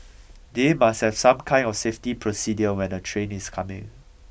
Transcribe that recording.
they must have some kind of safety procedure when a train is coming